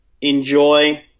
enjoy